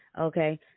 okay